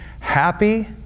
happy